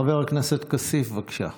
חבר הכנסת כסיף, בבקשה.